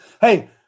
Hey